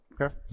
Okay